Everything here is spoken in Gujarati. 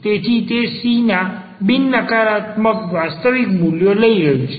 તેથી તે c ના બિન નકારાત્મક વાસ્તવિક મૂલ્યો લઈ રહ્યું છે